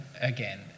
again